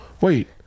wait